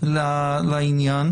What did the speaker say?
בידך לעניין.